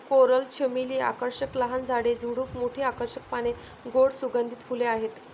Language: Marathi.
कोरल चमेली आकर्षक लहान झाड, झुडूप, मोठी आकर्षक पाने, गोड सुगंधित फुले आहेत